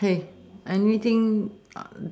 okay anything